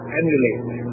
emulate